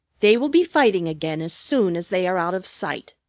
they will be fighting again as soon as they are out of sight.